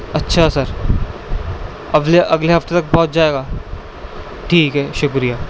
اچھا سر اگلے ہفتے تک پہنچ جائے گا ٹھیک ہے شکریہ